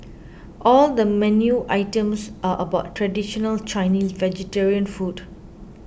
all the menu items are about traditional Chinese vegetarian food